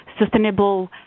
sustainable